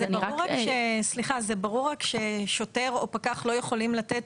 זה ברור ששוטר או פקח לא יכולים לתת